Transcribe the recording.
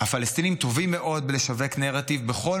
הפלסטינים טובים מאוד בלשווק נרטיב בכל